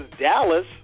Dallas